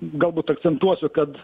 galbūt akcentuosiu kad